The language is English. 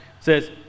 says